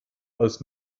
als